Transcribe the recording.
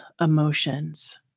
emotions